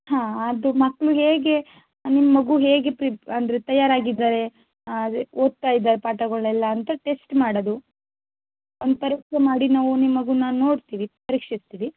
ಹಾಂ ಅದು ಮಕ್ಕಳು ಹೇಗೆ ನಿಮ್ಮ ಮಗು ಹೇಗೆ ಪ್ರಿಪ್ ಅಂದರೆ ತಯಾರಾಗಿದ್ದಾರೆ ಅದೇ ಓದ್ತಾಯಿದ್ದಾರೆ ಪಾಠಗಳೆಲ್ಲ ಅಂತ ಟೆಸ್ಟ್ ಮಾಡೋದು ಒಂದು ಪರೀಕ್ಷೆ ಮಾಡಿ ನಾವು ನಿಮ್ಮ ಮಗುವನ್ನ ನೋಡ್ತೀವಿ ಪರೀಕ್ಷಿಸ್ತೀವಿ